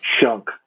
chunk